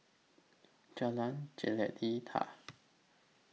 Jalan Jelita